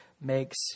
makes